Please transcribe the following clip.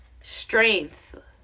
strength